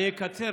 אני אקצר.